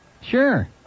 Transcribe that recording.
Sure